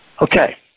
Okay